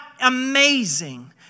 amazing